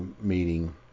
meeting